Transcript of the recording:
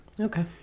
Okay